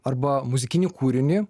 arba muzikinį kūrinį